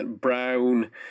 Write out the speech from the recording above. brown